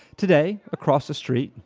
today, across the street,